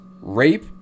Rape